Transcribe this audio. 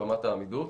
ברמת העמידות,